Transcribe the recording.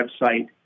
website